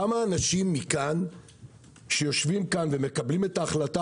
כמה אנשים שיושבים כאן ומקבלים את ההחלטה